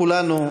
כולנו,